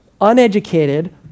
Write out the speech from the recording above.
uneducated